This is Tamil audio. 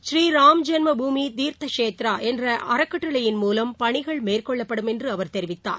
ஸ்ரீராம் ஜென்ம பூமி தீர்த் ஷேத்ரா என்ற அறக்கட்டளையின் மூவம் பணிகள் மேற்கொள்ளப்படும் என்று அவர் தெரிவித்தார்